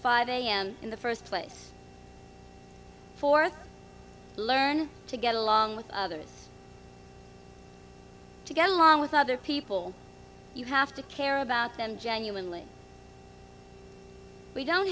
five am in the first place for learn to get along with others to get along with other people you have to care about them genuinely we don't